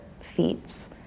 feats